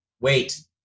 wait